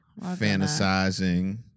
Fantasizing